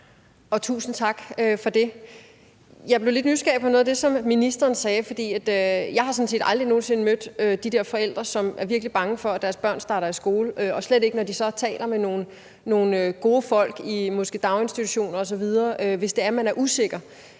Tusind tak for det. Jeg blev lidt nysgerrig på noget af det, ministeren sagde. Jeg har sådan set aldrig nogen sinde mødt de der forældre, som er virkelig bange for, at deres børn skal starte i skole, og slet ikke når de så taler med nogle gode folk i daginstitutioner osv., hvis det er, de er usikre.